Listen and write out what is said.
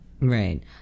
Right